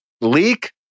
leak